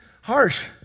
harsh